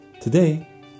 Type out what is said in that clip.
Today